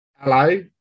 hello